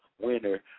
winner